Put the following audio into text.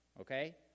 okay